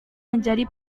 menjadi